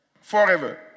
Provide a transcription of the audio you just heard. Forever